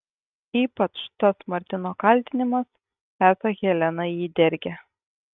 ypač tas martino kaltinimas esą helena jį dergia